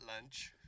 lunch